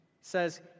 says